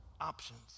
options